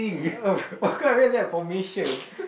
oh of course then what formation